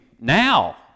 now